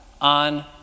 on